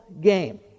game